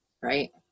Right